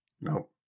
Nope